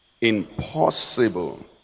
Impossible